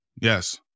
yes